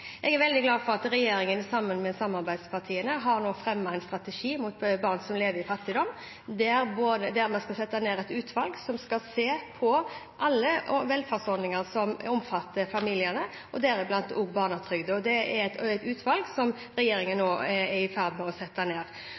en strategi mot barnefattigdom. I den forbindelse skal vi sette ned et utvalg som skal se på alle velferdsordninger som omfatter familiene, deriblant også barnetrygden. Det er et utvalg som regjeringen nå er i ferd med å